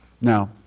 Now